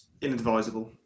Inadvisable